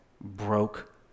broke